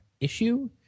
issue